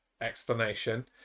explanation